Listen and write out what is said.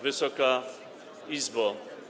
Wysoka Izbo!